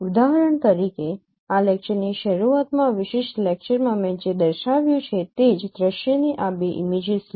ઉદાહરણ તરીકે આ લેક્ચર ની શરૂઆતમાં આ વિશિષ્ટ લેક્ચર માં મેં જે દર્શાવ્યું છે તે જ દૃશ્યની આ બે ઇમેજીસ લો